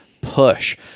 push